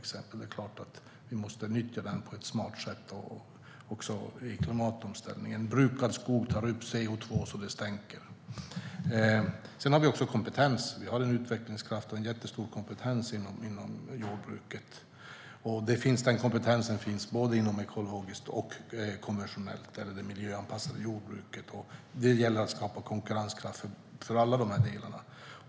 Det är klart att vi måste nyttja den på ett smart sätt vid klimatomställningen. Brukad skog tar upp CO2 så att det stänker om det. Sedan har vi också kompetens. Det finns en utvecklingskraft och jättestor kompetens inom jordbruket. Den kompetensen finns både inom det ekologiska jordbruket och inom det miljöanpassade jordbruket. Det gäller att skapa konkurrenskraft för alla delar.